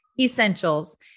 essentials